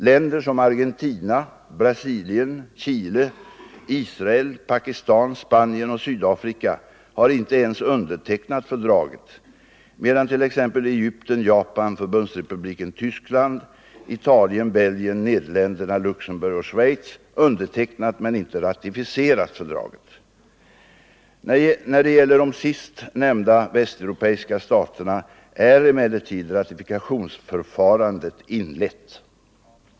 Länder som Argentina, Brasilien, Chile, Israel, Pakistan, Spanien och Sydafrika har inte ens undertecknat fördraget medan t.ex. Egypten, Japan, Förbundsrepubliken Tyskland, Italien, Belgien, Nederländerna, Luxemburg och Schweiz undertecknat men inte ratificerat fördraget. När det gäller de sist nämnda västeuropeiska staterna är emellertid ratifikationsförfarandet inlett.